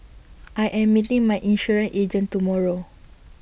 I am meeting my insurance agent tomorrow